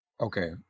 Okay